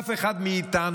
אף אחד מאיתנו